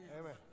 Amen